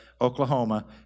Oklahoma